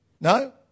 No